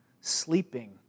sleeping